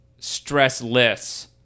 stressless